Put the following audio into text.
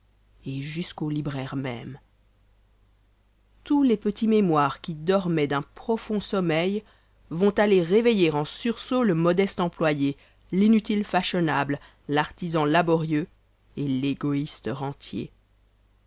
et jusqu'au libraire même tous les petits mémoires qui dormaient d'un profond sommeil vont aller éveiller en sursaut le modeste employé l'inutile fashionable l'artisan laborieux et l'égoïste rentier